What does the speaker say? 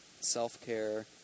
self-care